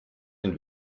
den